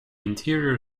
anterior